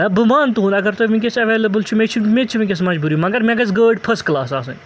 ہے بہٕ مانہٕ تُہُںٛد اگر تۄہہِ وٕنۍکٮ۪ٮس ایویلیبل چھُ مےٚ چھِ مےٚ تہِ چھِ وٕنۍکٮ۪س مجبوٗری مگر مےٚ گژھِ گٲڑۍ فٔس کٕلاس آسٕنۍ